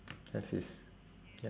have his ya